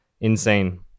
insane